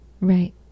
Right